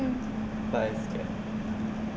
but I am scared